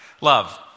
Love